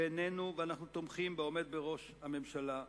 ואנחנו תומכים בעומד בראש הממשלה,